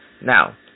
Now